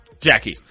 Jackie